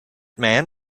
man